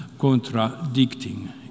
contradicting